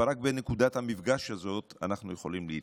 אבל רק בנקודת המפגש הזאת אנחנו יכולים להתקדם.